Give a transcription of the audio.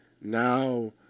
now